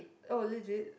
oh legit